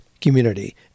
community